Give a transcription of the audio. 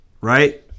right